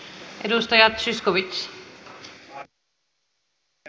arvoisa rouva puhemies